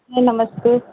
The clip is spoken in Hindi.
जी नमस्ते